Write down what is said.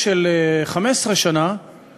(תיקון, תקופת שהות במקלט לנשים מוכות).